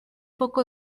poco